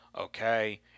Okay